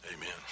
Amen